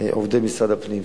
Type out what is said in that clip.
עובדי משרד הפנים.